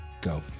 go